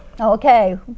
Okay